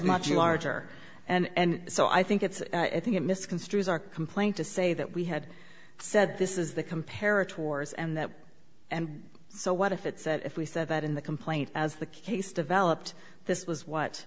much larger and so i think it's i think it misconstrues our complaint to say that we had said this is the comparative wars and that and so what if it said if we said that in the complaint as the case developed this was what